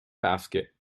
basket